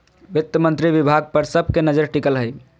वित्त मंत्री विभाग पर सब के नजर टिकल हइ